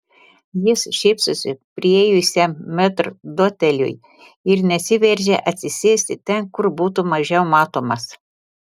jis šypsosi priėjusiam metrdoteliui ir nesiveržia atsisėsti ten kur būtų mažiau matomas